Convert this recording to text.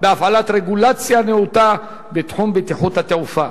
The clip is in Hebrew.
בהפעלת רגולציה נאותה בתחום בטיחות התעופה,